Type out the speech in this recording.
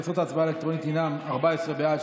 תוצאות ההצבעה האלקטרונית הן 14 בעד,